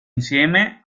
insieme